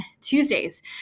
Tuesdays